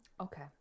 okay